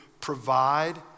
provide